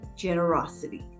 generosity